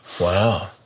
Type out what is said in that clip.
Wow